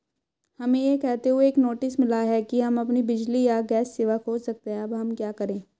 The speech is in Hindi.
हमें यह कहते हुए एक नोटिस मिला कि हम अपनी बिजली या गैस सेवा खो सकते हैं अब हम क्या करें?